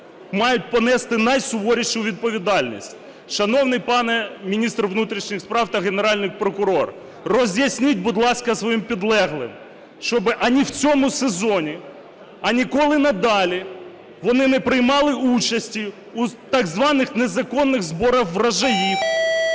мають понести найсуворішу відповідальність. Шановний пане міністр внутрішніх справ та Генеральний прокурор, роз'ясніть, будь ласка, своїм підлеглим, щоб ані в цьому сезоні, ані ніколи надалі вони не приймали участі у так званих незаконних зборах врожаїв,